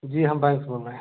जी हम बैंक से बोल रहे हैं